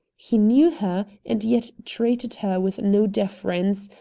he knew her, and yet treated her with no deference,